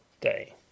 Day